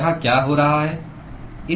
यहाँ क्या हो रहा है